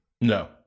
No